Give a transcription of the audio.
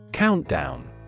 Countdown